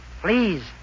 Please